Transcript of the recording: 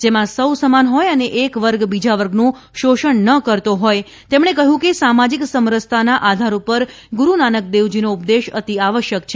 જેમાં સૌ સમાન હોય અને એક વર્ગ બીજા વર્ગનું શોષણ ન કરતો હોય તેમણે કહ્યું કે સામાજિક સમરસતાના આધાર પર ગૂરૂનાનક દેવજીનો ઉપદેશ અતિઆવશ્યક છે